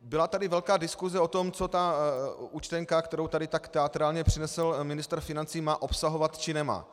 Byla tady velká diskuse o tom, co ta účtenka, kterou tady tak teatrálně přinesl ministr financí, má obsahovat, či nemá.